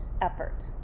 effort